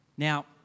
Now